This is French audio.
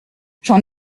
j’en